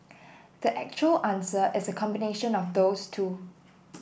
the actual answer is a combination of those two